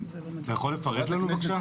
אתה יכול לפרט לנו בבקשה?